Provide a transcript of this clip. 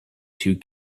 two